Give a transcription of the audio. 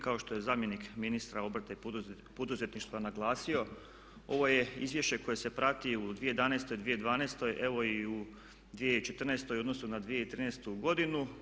Kao što je zamjenik ministra obrta i poduzetništva naglasio ovo je izvješće koje se prati u 2011., 2012. evo i u 2014. u odnosu na 2013. godinu.